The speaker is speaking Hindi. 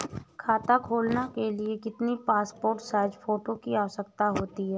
खाता खोलना के लिए कितनी पासपोर्ट साइज फोटो की आवश्यकता होती है?